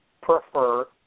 prefer